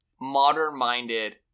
modern-minded